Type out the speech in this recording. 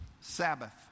Sabbath